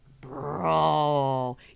Bro